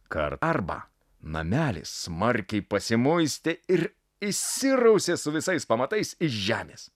kar arba namelis smarkiai pasimuistė ir išsirausė su visais pamatais iš žemės